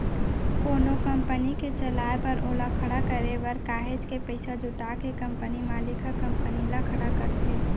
कोनो कंपनी के चलाए बर ओला खड़े करे बर काहेच के पइसा जुटा के कंपनी मालिक ह कंपनी ल खड़ा करथे